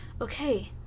okay